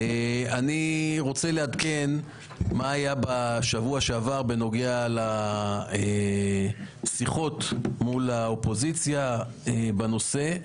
אני רוצה לעדכן מה היה בשבוע שעבר בנוגע לשיחות מול האופוזיציה בנושא,